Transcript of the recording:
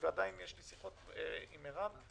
ועדיין יש לי שיחות עם מרב.